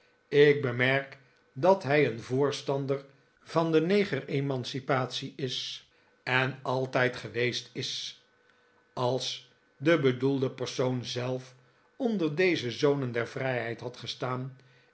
ik bemerk dat hij een voorstander van de neger emancipatie is en altijd geweest is als de bedoelde persoon zelf cinder deze zonen der vrijheid had gestaan